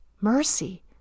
mercy